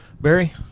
Barry